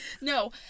No